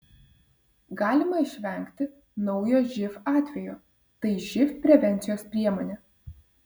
galima išvengti naujo živ atvejo tai živ prevencijos priemonė